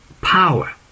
power